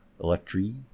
Electri